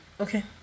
okay